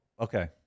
okay